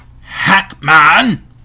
Hackman